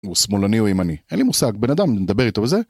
הוא שמאלני או ימני, אין לי מושג, בן אדם, נדבר איתו בזה?